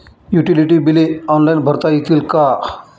Utility बिले online भरता येतील का?